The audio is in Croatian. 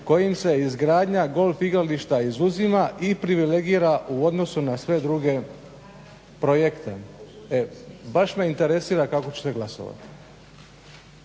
kojim se izgradnja golf igrališta izuzima i privilegira u odnosu na sve druge projekte." E baš me interesira kako ćete glasovat.